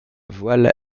voile